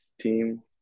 team